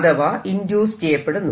അഥവാ ഇൻഡ്യൂസ് ചെയ്യപ്പെടുന്നു